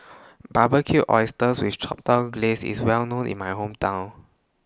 Barbecued Oysters with Chipotle Glaze IS Well known in My Hometown